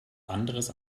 anderes